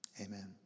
Amen